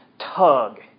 tug